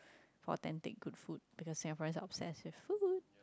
authentic good food because Singaporean are obsessed with food